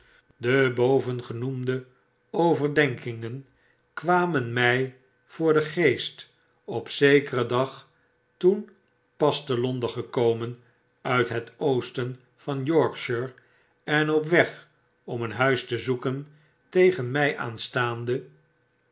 de bovengenoemde overdenkingen kwamen my voor den geest op zekeren dag toen pas te londen gekomen uit het oosten van yorkshire en op weg om een huis te zoeken tegen mei aanstaande